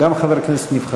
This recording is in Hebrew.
גם הוא חבר כנסת נבחר.